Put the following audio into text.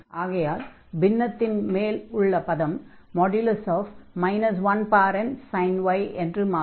ஆகையால் பின்னத்தின் மேல் உள்ள பதம் 1nsin y என்று மாறும்